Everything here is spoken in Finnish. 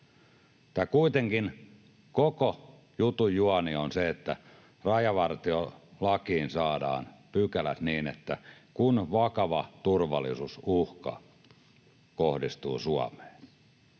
väliä. Kuitenkin koko jutun juoni on se, että rajavartiolakiin saadaan pykälät siihen, kun vakava turvallisuusuhka kohdistuu Suomeen.